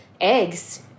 eggs